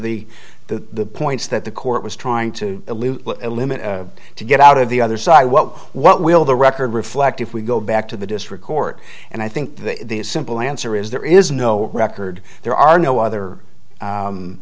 the the points that the court was trying to eliminate to get out of the other side what what will the record reflect if we go back to the district court and i think the simple answer is there is no record there are no other